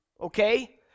okay